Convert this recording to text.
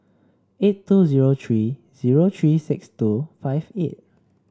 eight two zero three zero three six two five eight